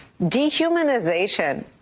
dehumanization